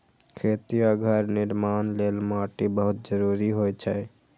खेती आ घर निर्माण लेल माटि बहुत जरूरी होइ छै